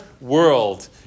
world